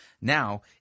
Now